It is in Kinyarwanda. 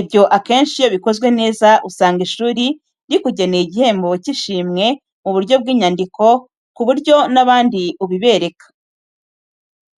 Ibyo akenshi iyo bikozwe neza, usanga ishuri rikugeneye igihembo cy’ishimwe mu buryo bw’inyandiko, ku buryo n’abandi ubibereka.